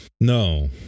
no